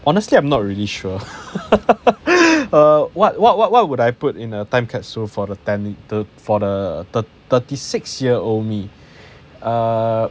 honestly I'm not really sure uh what what what what would I put in the time capsule for tell~ the for the the thirty six year old me uh